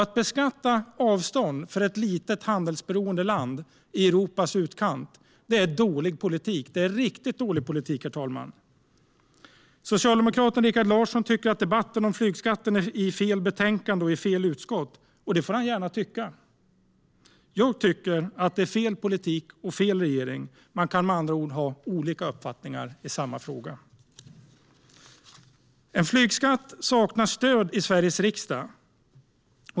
Att beskatta avstånd i ett litet handelsberoende land i Europas utkant är riktigt dålig politik, herr talman. Socialdemokraten Rikard Larsson tycker att flygskatten hanteras i fel betänkande och att debatten förs i fel utskott. Det får han gärna tycka. Jag tycker att det är fel politik och fel regering. Man kan med andra ord ha olika uppfattningar i samma fråga. En flygskatt saknar stöd i Sveriges riksdag.